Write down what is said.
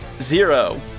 Zero